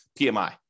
PMI